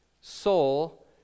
soul